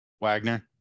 Wagner